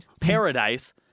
Paradise